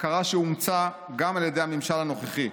הכרה שאומצה גם על ידי הממשל הנוכחי.